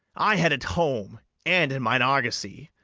i had at home, and in mine argosy,